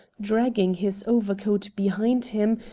dragging his overcoat behind him,